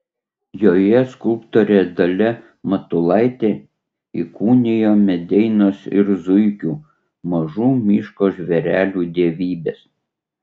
joje skulptorė dalia matulaitė įkūnijo medeinos ir zuikių mažų miško žvėrelių dievybes